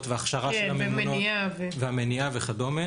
והכשרה של הממונות והמניעה וכדומה.